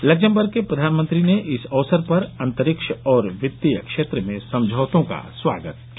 Luxembourg के प्रधानमंत्री ने इस अवसर पर अंतरिक्ष और वित्तीय क्षेत्र में समझौतों का स्वागत किया